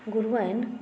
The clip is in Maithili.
गुरूआइन